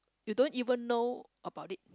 you don't even know about it